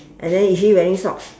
and then is she wearing socks